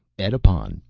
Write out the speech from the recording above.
edipon,